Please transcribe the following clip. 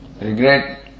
regret